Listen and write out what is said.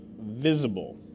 visible